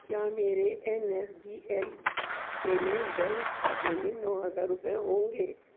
کیا میرے N S D L payment bank خاتے میں نو ہزار روپئے ہوں گے